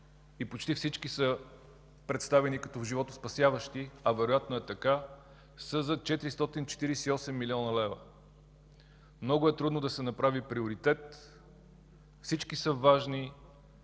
и почти всички са представени като животоспасяващи, а вероятно е така, са за 448 млн. лв. Много е трудно да се направи приоритет – всички са важни,